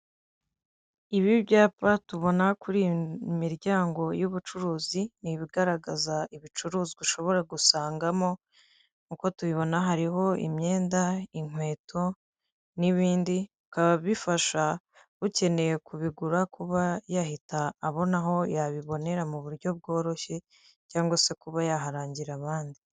Abakozi k'umurimo urabona ko imbere hari ingorofani yikorera imizigo, imbere yaho hari abacuruzi ndetse nabamotari batwaye moto bisa naho bagiye mukazi ndetse niruhande rwabo harimo aba papa beza cyane bagiye mukazi.